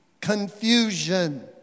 confusion